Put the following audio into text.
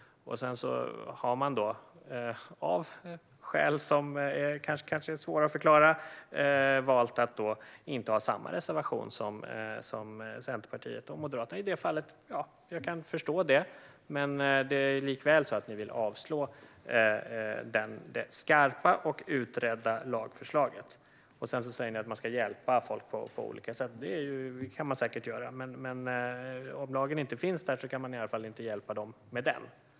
Sedan har man, av skäl som kanske är svåra att förklara, valt att inte ha samma reservation som Centerpartiet och Moderaterna i det fallet. Jag kan förstå detta, men likväl är det så att ni vill avstyrka det skarpa och utredda lagförslaget, Paula Bieler. Ni säger att man ska hjälpa folk på olika sätt. Det kan man säkert göra, men om lagen inte finns där kan man i alla fall inte hjälpa dem med den.